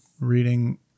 reading